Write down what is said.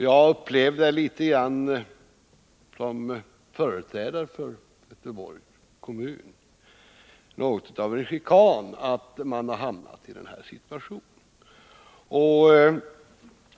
Som företrädare för Göteborgs kommun upplevde jag som något av en chikan att man har hamnat i den här situationen.